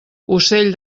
ocell